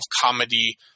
comedy